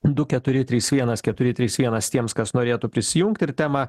du keturi trys vienas keturi trys vienas tiems kas norėtų prisijungti ir temą